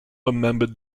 remembered